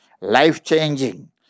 life-changing